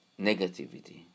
negativity